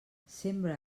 sembra